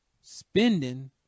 spending